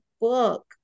book